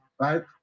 right